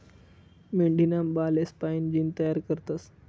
मेंढीना बालेस्पाईन जीन तयार करतस